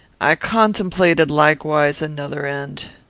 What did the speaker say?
i contemplated, likewise, another end.